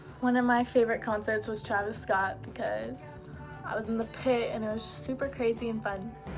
one of my favorite concerts was travis scott because i was in the pit and it was super crazy and fun.